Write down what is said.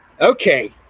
Okay